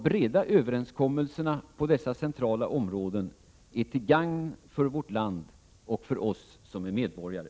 Breda överenskommelser på dessa centrala områden är till gagn för vårt land och för oss som är medborgare.